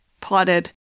plotted